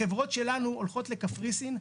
החברות שלנו הולכות לקפריסין,